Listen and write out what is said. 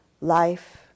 Life